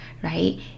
Right